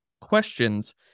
questions